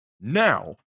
Now